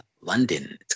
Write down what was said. London